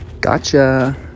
Gotcha